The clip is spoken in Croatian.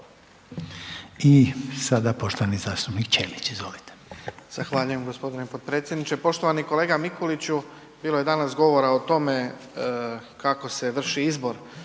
I sada poštovani zastupnik Ćelić, izvolite.